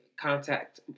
contact